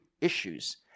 issues